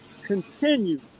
continue